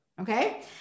Okay